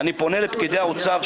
אני פונה אל פקידי משרד האוצר,